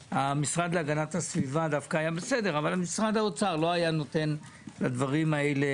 אני הולך לוועדת כספים לא נמצא פה בוועדה לצערי.